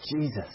Jesus